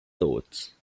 thoughts